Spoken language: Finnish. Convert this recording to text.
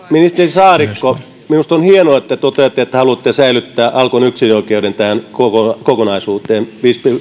ministeri saarikko minusta on hienoa että toteatte että haluatte säilyttää alkon yksinoikeuden tähän kokonaisuuteen